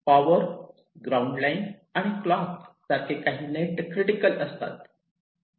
power ground line आणि clock सारखे काही नेट क्रिटिकल असतात